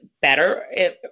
better